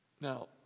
Now